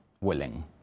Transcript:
willing